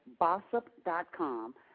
bossup.com